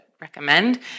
recommend